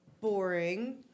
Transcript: boring